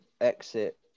exit